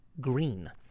green